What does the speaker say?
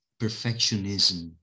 perfectionism